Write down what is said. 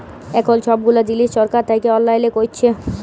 এখল ছব গুলা জিলিস ছরকার থ্যাইকে অললাইল ক্যইরেছে